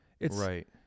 Right